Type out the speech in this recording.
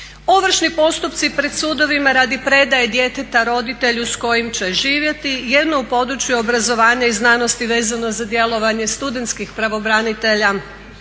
Ovršni postupci pred sudovima radi predaje djeteta roditelju s kojim će živjeti, jedno u području obrazovanja i znanosti vezano za djelovanje studentskih pravobranitelja